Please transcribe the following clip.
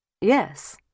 yes